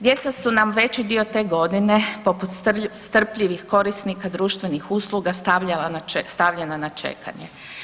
Djeca su nam veći dio te godine poput strpljivih korisnika društvenih usluga stavljena na čekanje.